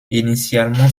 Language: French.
initialement